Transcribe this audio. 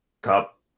Cup